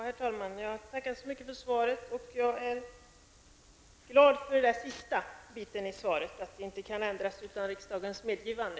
Herr talman! Jag tackar så mycket för svaret. Jag är särskilt glad för den sista biten av svaret, att riktlinjerna inte kan ändras utan riksdagens medgivande.